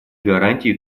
гарантий